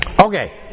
Okay